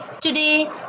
Today